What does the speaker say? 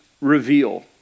reveal